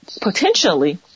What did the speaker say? potentially